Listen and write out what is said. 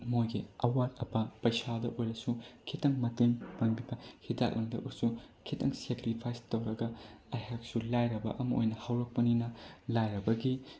ꯃꯣꯏꯒꯤ ꯑꯋꯥꯠ ꯑꯄꯥ ꯄꯩꯁꯥꯗ ꯑꯣꯏꯔꯁꯨ ꯈꯤꯇꯪ ꯃꯇꯦꯡ ꯄꯥꯡꯕꯤꯕ ꯍꯤꯗꯥꯛ ꯂꯥꯡꯊꯛꯇꯁꯨ ꯈꯤꯇꯪ ꯁꯦꯀ꯭ꯔꯤꯐꯥꯏꯁ ꯇꯧꯔꯒ ꯑꯩꯍꯥꯛꯁꯨ ꯂꯥꯏꯔꯕ ꯑꯃ ꯑꯣꯏꯅ ꯍꯧꯔꯛꯄꯅꯤꯅ ꯂꯥꯏꯔꯕꯒꯤ